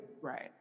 Right